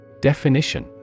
Definition